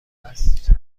است